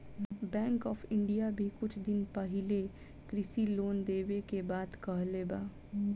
bank of India भी कुछ दिन पाहिले कृषि लोन देवे के बात कहले बा